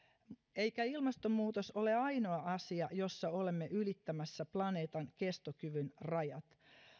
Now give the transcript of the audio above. eikä ilmastonmuutos ole ainoa asia jossa olemme ylittämässä planeetan kestokyvyn rajat